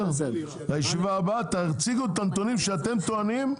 לישיבה הבאה תציגו את הנתונים שאתם טוענים.